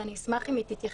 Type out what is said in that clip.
ואני אשמח אם היא תתייחס.